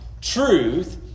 Truth